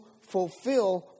fulfill